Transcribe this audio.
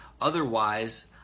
otherwise